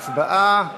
הצבעה.